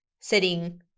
setting